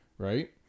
Right